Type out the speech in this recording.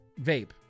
Vape